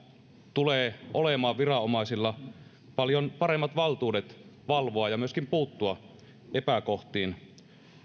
tulee viranomaisilla olemaan paljon paremmat valtuudet valvoa ja myöskin puuttua epäkohtiin